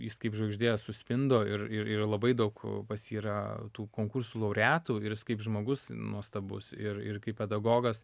jis kaip žvaigždė suspindo ir ir ir labai daug pas jį yra tų konkursų laureatų ir jis kaip žmogus nuostabus ir ir kaip pedagogas